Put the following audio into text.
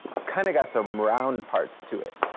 it's kinda got some round parts to it.